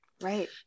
Right